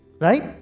Right